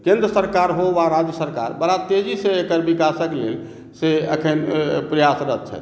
केन्द्र सरकार हो वा राज्य सरकार बड़ा तेजीसँ एकर विकासक लेल से एखन प्रयासरत छथि